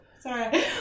Sorry